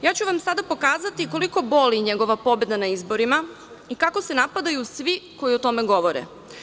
Sada ću vam pokazati koliko bili njegova pobeda na izborima i kako se napadaju svi koji o tome govore.